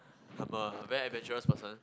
I am a very adventurous person